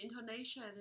intonation